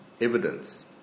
evidence